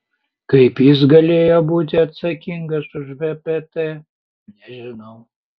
kaip jis galėjo būti atsakingas už vpt nežinau